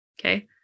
Okay